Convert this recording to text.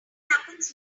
happens